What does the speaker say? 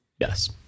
Yes